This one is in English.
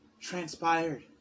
transpired